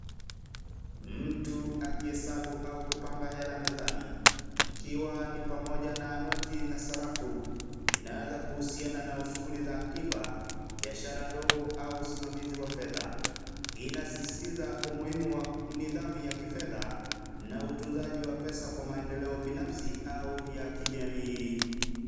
Mtu akihesabu au kupanga hela mezani. Akiwa na pamoja na noti na sarafu. Inaweza kuhusiana nao shughuli za akiba, biashara ndogo au usimamizi wa fedha. Hii inasisitiza umuhimu wa nidhamu ya kifedha na utunzaji wa fedha kwa maendeleo binafsi au ya kijamii.